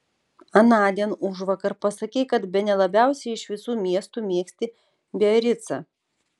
anądien užvakar pasakei kad bene labiausiai iš visų miestų mėgsti biaricą